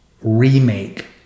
remake